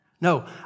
No